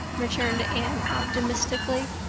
returned anne optimistically.